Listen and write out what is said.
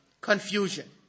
confusion